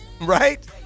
Right